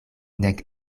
nek